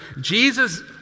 Jesus